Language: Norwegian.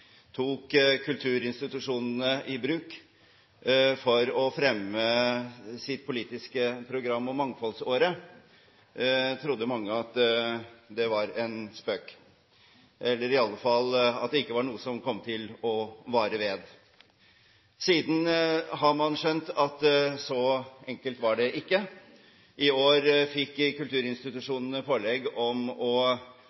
tok kulturinstitusjonene i bruk for å fremme sitt politiske program Mangfoldsåret, trodde mange at det var en spøk – eller i alle fall at det ikke var noe som kom til å vare. Siden har man skjønt at så enkelt var det ikke. I år fikk